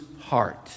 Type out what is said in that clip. heart